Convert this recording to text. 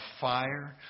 fire